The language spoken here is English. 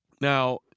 Now